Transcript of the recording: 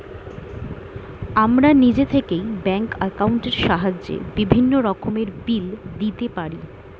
আমরা নিজে থেকেই ব্যাঙ্ক অ্যাকাউন্টের সাহায্যে বিভিন্ন রকমের বিল দিতে পারি